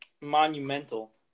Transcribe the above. Monumental